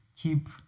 keep